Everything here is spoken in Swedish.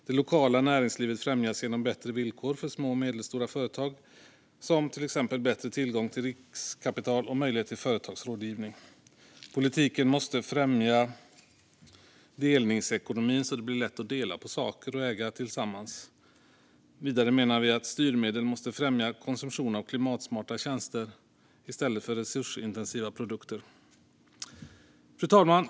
Det lokala näringslivet främjas genom bättre villkor för små och medelstora företag, till exempel bättre tillgång till riskkapital och möjlighet till företagsrådgivning. Politiken måste främja delningsekonomin så att det blir lätt att dela på saker och äga tillsammans. Vidare menar vi att styrmedel måste främja konsumtion av klimatsmarta tjänster i stället för resursintensiva produkter. Fru talman!